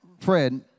Fred